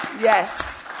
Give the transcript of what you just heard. Yes